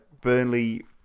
Burnley